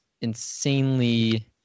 insanely